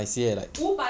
!huh!